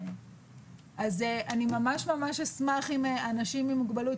אני ממש ממש אשמח אם אנשים עם מוגבלות,